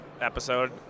episode